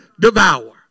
devour